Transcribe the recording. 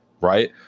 right